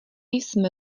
jsme